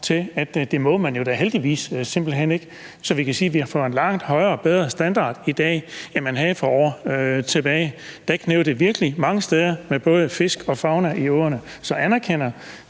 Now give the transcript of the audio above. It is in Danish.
det må man jo – da heldigvis – simpelt hen ikke. Så vi kan sige, at vi har fået en langt højere og bedre standard i dag, end man havde for år tilbage. Der kneb det virkelig mange steder med både fisk og fauna i åerne. Så anerkender